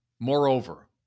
Moreover